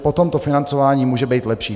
Potom financování může být lepší.